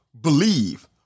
Believe